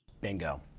Bingo